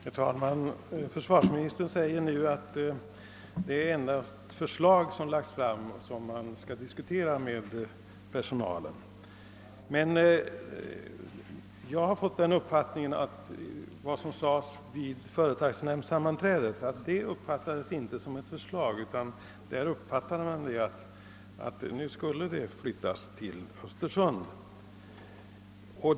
Herr talman! Försvarsministern säger nu att det endast är förslag som har lagts fram och som skall diskuteras med personalen. Jag har emellertid fått det intrycket att vad som yttrades vid företagsnämndssammanträdet inte uppfattades som ett förslag utan som ett besked: Nu skulle det flyttas till Östersund.